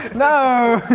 no!